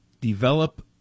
Develop